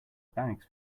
bags